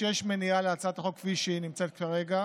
שיש מניעה להצעת החוק כפי שהיא נמצאת כרגע.